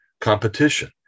competition